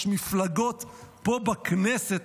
יש מפלגות פה בכנסת,